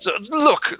Look